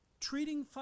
Treating